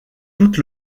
toute